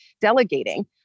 delegating